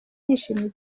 yishimye